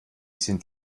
sind